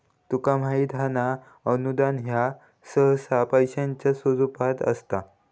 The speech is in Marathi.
तुका माहित हां ना, अनुदान ह्या सहसा पैशाच्या स्वरूपात असता